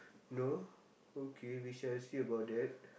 no okay we shall see about that